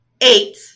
Eight